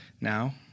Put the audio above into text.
now